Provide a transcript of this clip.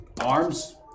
arms